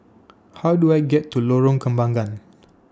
How Do I get to Lorong Kembagan